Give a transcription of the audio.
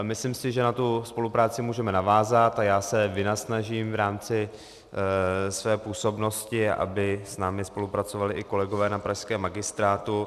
Myslím si, že na tu spolupráci můžeme navázat, a já se vynasnažím v rámci své působnosti, aby s námi spolupracovali i kolegové na pražském magistrátu.